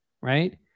right